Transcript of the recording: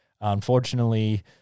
unfortunately